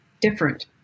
different